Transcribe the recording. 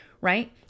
right